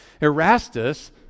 Erastus